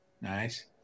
Nice